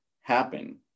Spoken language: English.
happen